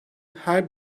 her